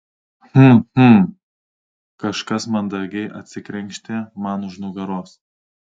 hm hm kažkas mandagiai atsikrenkštė man už nugaros